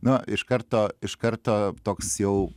na iš karto iš karto toks jau